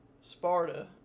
Sparta